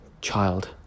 child